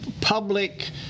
public